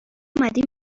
اومدیم